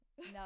no